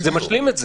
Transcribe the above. זה משלים את זה.